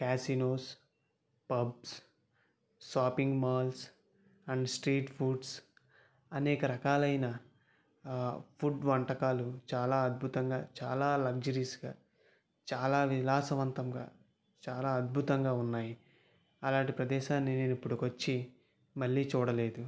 casinos pubs shopping malls and street foods అనేక రకాలైన ఆ ఫుడ్ వంటకాలు చాలా అద్భుతంగా చాలా లగ్జరీస్గా చాలా విలాసవంతంగా చాలా అద్భుతంగా ఉన్నాయి అలాంటి ప్రదేశాన్ని నేను ఇప్పటికొచ్చి మళ్ళీ చూడలేదు